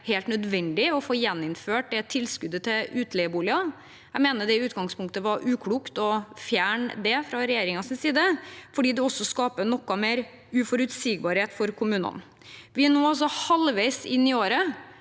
helt nødvendig å få gjeninnført tilskuddet til utleieboliger. Jeg mener det i utgangspunktet var uklokt fra regjeringens side å fjerne det, fordi det skaper noe mer uforutsigbarhet for kommunene. Vi er nå halvveis i året